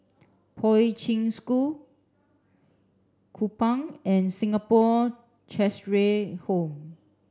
Poi Ching School Kupang and Singapore Cheshire Home